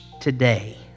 today